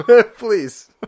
Please